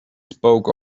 spoke